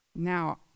Now